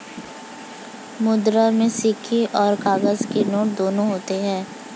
मुद्रा में सिक्के और काग़ज़ के नोट दोनों आते हैं